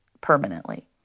permanently